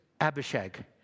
Abishag